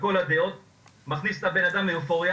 כל הדעות ומכניס את הבן אדם לאופוריה.